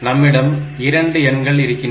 நம்மிடம் 2 எண்கள் இருக்கின்றன